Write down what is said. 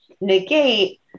negate